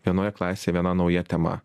vienoje klasėje viena nauja tema